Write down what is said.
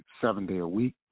seven-day-a-week